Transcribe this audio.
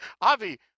Avi